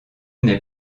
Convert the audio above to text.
n’est